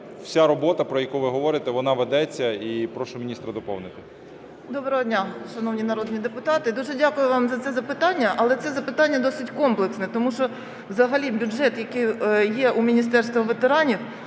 вся робота, про яку ви говорите, вона ведеться. І прошу міністра доповнити. 10:46:30 ЛАПУТІНА Ю.А. Доброго дня, шановні народні депутати! Дуже дякую вам за це запитання. Але це запитання досить комплексне, тому що взагалі бюджет, який є у Міністерства ветеранів,